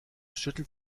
schüttelt